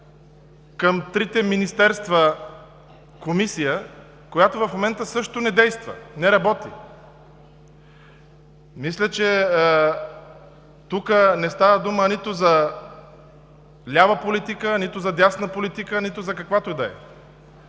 към трите министерства, която в момента също не работи. Мисля, че тук не става дума нито за лява, нито за дясна политика, нито за каквато и да е.